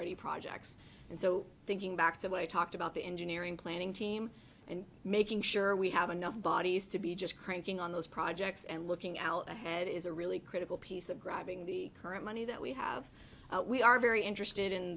ready projects and so thinking back to what i talked about the engineering planning team and making sure we have enough bodies to be just cranking on those projects and looking out ahead is a really critical piece of grabbing the current money that we have we are very interested in